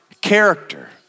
character